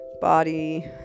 body